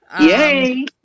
Yay